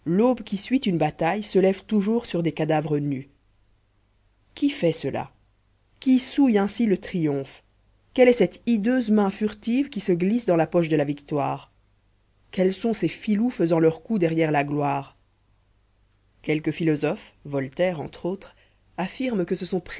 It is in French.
qui suit une bataille se lève toujours sur des cadavres nus qui fait cela qui souille ainsi le triomphe quelle est cette hideuse main furtive qui se glisse dans la poche de la victoire quels sont ces filous faisant leur coup derrière la gloire quelques philosophes voltaire entre autres affirment que ce sont